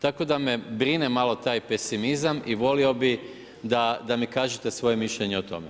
Tako da me brine malo taj pesimizam i volio bi da mi kažete svoje mišljenje o tome.